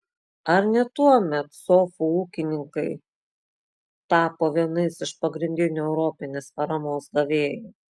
ar ne tuomet sofų ūkininkai tapo vienais iš pagrindinių europinės paramos gavėjų